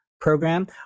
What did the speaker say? program